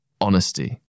honesty